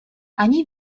они